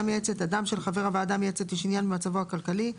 המייעצת; (2) אדם שלחבר הוועדה המייעצת יש עניין במצבו הכלכלי,